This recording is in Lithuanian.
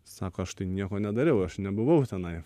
sako aš tai nieko nedariau aš nebuvau tenai